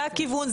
זה הכיוון,